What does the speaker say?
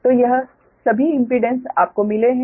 तो यह सभी इंपीडेंस आपको मिले है